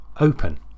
open